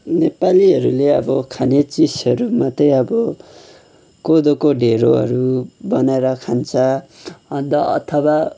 नेपालीहरूले अब खाने चिजहरूमा चाहिँ अब कोदोको ढिँडोहरू बनाएर खान्छ अन्त अथवा